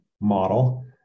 model